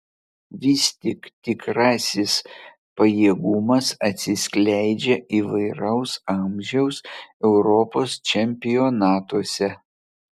vis tik tikrasis pajėgumas atsiskleidžia įvairaus amžiaus europos čempionatuose